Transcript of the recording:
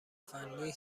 فنی